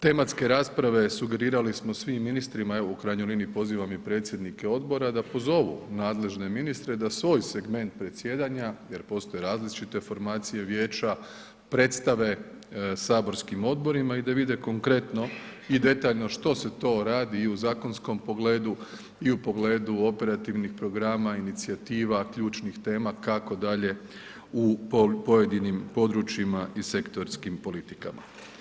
Tematske rasprave sugerirali smo svim ministrima, evo u krajnjoj liniji pozivam i predsjednike odbora da pozovu nadležne ministre da svoj segment predsjedanja jer postoje različite formacije Vijeća, predstave saborskim odborima i da vide konkretno i detaljno što se to radi i u zakonskom pogledu i u pogledu operativnih programa, inicijativa, ključnih tema kako dalje u pojedinim područjima i sektorskim politikama.